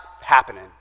happening